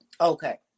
Okay